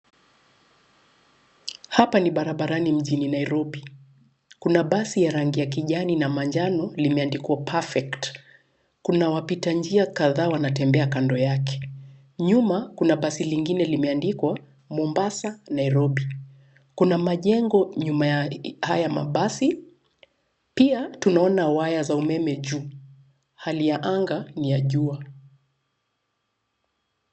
Hapa ni barabarani mjini Nairobi. Kuna basi ya rangi ya kijani na manjano limeandikwa perfect . Kuna wapita njia kadhaa wanatembea kando yake. Nyuma kuna basi lingine limeandikwa Mombasa, Nairobi. Kuna majengo nyuma ya haya mabasi, pia tunaona waya za umeme juu. Hali ya anga ni ya jua.